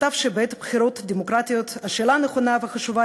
כתב שבעת בחירות דמוקרטיות השאלה הנכונה והחשובה